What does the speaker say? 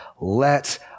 let